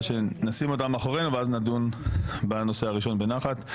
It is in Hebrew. שנשים אותם מאחורינו ואז נדון בנושא הראשון בנחת.